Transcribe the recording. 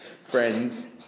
Friends